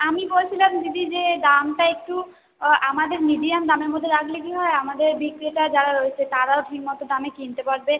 আমি বলছিলাম দিদি যে দামটা একটু আমাদের মিডিয়াম দামের মধ্যে রাখলে কী হয় আমাদের বিক্রেতা যারা রয়েছে তারাও ঠিক মতো দামে কিনতে পারবে